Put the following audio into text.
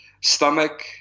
stomach